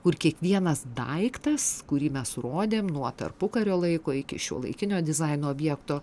kur kiekvienas daiktas kurį mes rodėm nuo tarpukario laiko iki šiuolaikinio dizaino objekto